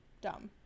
Dumb